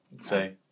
say